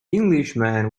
englishman